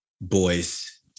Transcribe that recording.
boys